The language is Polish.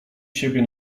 siebie